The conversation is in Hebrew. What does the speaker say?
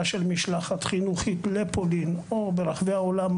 של משלחת חינוכית לפולין או ברחבי העולם,